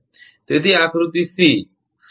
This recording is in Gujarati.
તેથી આ આકૃતિ 14 સી છે